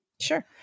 Sure